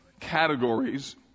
categories